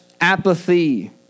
apathy